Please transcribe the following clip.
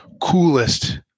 coolest